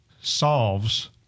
solves